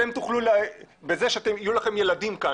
אתם תוכלו בזה שיהיו לכם ילדים כאן.